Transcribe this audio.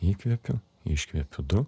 įkvepiu iškvepiu du